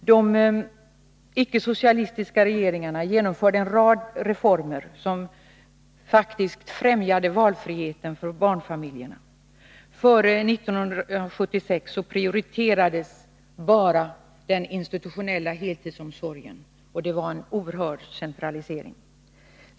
De icke-socialistiska regeringarna genomförde en rad reformer, som faktiskt främjade valfriheten för barnfamiljerna. Före 1976 prioriterades den institutionella heltidsomsorgen, och det var en oerhörd centralisering.